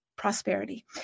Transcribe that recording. prosperity